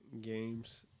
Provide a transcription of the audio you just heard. games